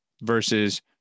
versus